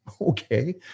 Okay